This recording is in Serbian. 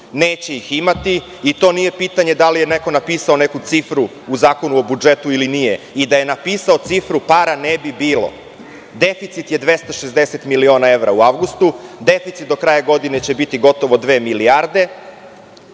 neće ih imati i to nije pitanje da li je neko napisao neku cifru u Zakonu o budžetu ili nije. I da je napisao cifru, para ne bi bilo. Deficit je 260 miliona evra u avgustu, deficit do kraja godine će biti gotovo dve milijarde.